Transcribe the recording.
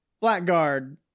Blackguard